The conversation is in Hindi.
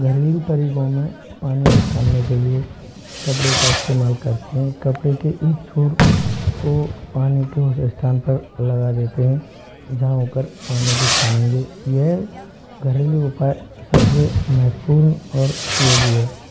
घरेलू तरीकों में पानी को छानने के लिए कपड़े का इस्तेमाल करते हैं कपड़े के एक छोड़ को पानी के उस स्थान पर लगा देते हैं जहाँ होकर पानी को छानेंगे यह घरेलू उपाय सबसे महत्वपूर्ण और उपयोगी है